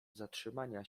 zatrzymania